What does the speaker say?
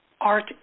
art